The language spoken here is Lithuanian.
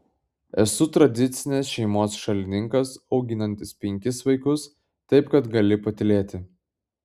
esu tradicinės šeimos šalininkas auginantis penkis vaikus taip kad gali patylėti